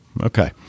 okay